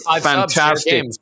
fantastic